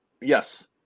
Yes